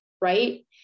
right